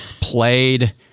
played